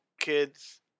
kids